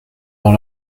dans